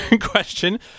question